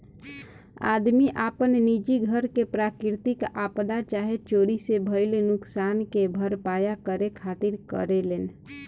आदमी आपन निजी घर के प्राकृतिक आपदा चाहे चोरी से भईल नुकसान के भरपाया करे खातिर करेलेन